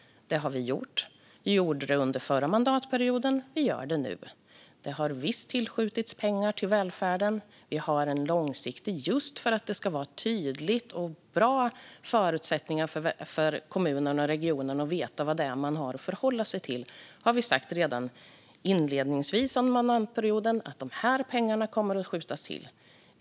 Det har vi gjort. Vi gjorde det under förra mandatperioden; vi gör det nu. Det har visst tillskjutits pengar till välfärden. Just för att det ska vara bra förutsättningar och tydligt för kommuner och regioner vad man har att förhålla sig till sa vi redan i mandatperiodens inledning att de här pengarna kommer att skjutas till.